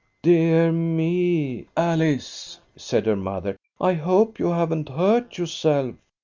dear me, alice, said her mother. i hope you haven't hurt yourself.